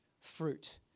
fruit